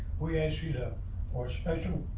we asked you to or special